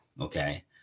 okay